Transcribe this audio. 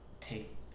take